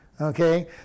Okay